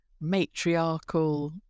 matriarchal